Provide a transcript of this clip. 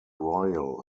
royal